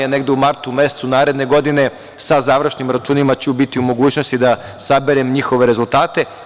U martu mesecu naredne godine sa završnim računima ću biti u mogućnosti da saberem njihove rezultate.